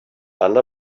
under